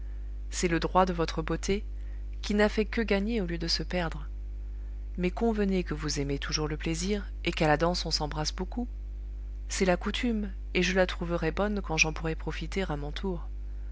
c'est le droit de votre beauté qui n'a fait que gagner au lieu de se perdre mais convenez que vous aimez toujours le plaisir et qu'à la danse on s'embrasse beaucoup c'est la coutume et je la trouverai bonne quand j'en pourrai profiter à mon tour